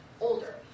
older